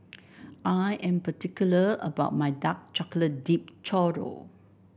I am particular about my Dark Chocolate Dipped Churro